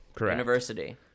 University